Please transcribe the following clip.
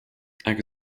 ach